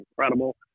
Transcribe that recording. incredible